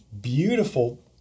beautiful